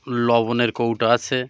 লবনের কৌটো আছে